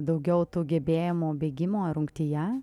daugiau tų gebėjimų bėgimo rungtyje